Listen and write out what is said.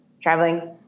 traveling